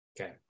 Okay